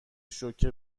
شوکه